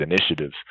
initiatives